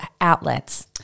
outlets